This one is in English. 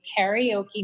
karaoke